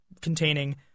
containing